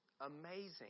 Amazing